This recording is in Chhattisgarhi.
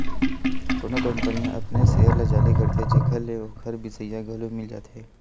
कोनो कंपनी ह अपनेच सेयर ल जारी करथे जेखर ले ओखर बिसइया घलो मिल जाथे